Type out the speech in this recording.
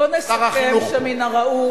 שר החינוך פה.